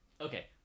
Okay